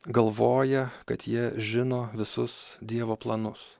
galvoja kad jie žino visus dievo planus